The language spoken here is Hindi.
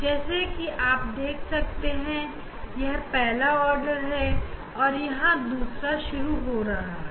जैसा कि आप देख सकते है कि यह पहला आर्डर है और यहां से दूसरा आर्डर शुरू हो रहा है